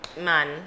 man